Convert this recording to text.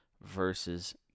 versus